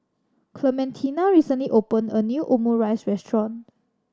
Clementina recently opened a new Omurice Restaurant